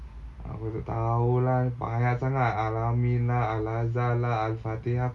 aku tak tahu lah banyak sangat al-ameen lah al-azhar lah al-fateha